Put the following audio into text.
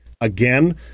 again